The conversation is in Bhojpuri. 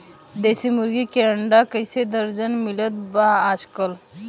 देशी मुर्गी के अंडा कइसे दर्जन मिलत बा आज कल?